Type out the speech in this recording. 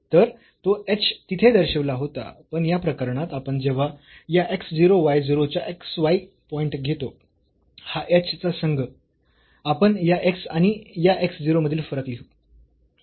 तर तो h तिथे दर्शविला होता पण या प्रकरणात आपण जेव्हा या x 0 y 0 च्या x y पॉईंट घेतो हा h चा संघ आपण या x आणि या x 0 मधील फरक लिहू